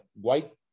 white